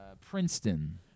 Princeton